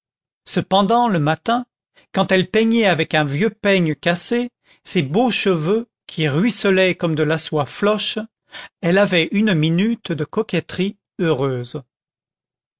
cependant le matin quand elle peignait avec un vieux peigne cassé ses beaux cheveux qui ruisselaient comme de la soie floche elle avait une minute de coquetterie heureuse